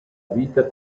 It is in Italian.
vita